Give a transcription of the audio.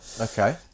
okay